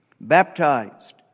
baptized